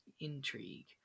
intrigue